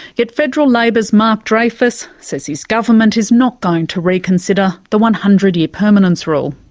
yet federal labor's mark dreyfus says his government is not going to reconsider the one hundred year permanence rule.